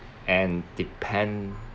and depend